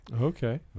Okay